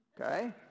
Okay